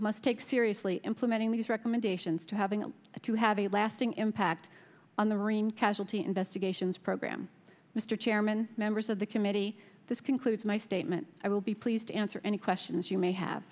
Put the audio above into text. must take seriously implementing these recommendations to having to have a lasting impact on the rim casualty investigations program mr chairman members of the committee this concludes my statement i will be pleased to answer any questions you may have